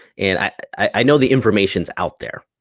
and i know the information's out there,